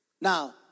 Now